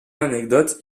anecdotes